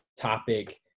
topic